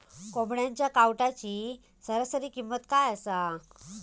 कोंबड्यांच्या कावटाची सरासरी किंमत काय असा?